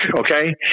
Okay